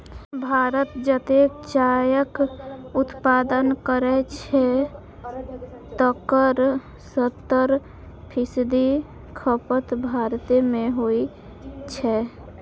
भारत जतेक चायक उत्पादन करै छै, तकर सत्तर फीसदी खपत भारते मे होइ छै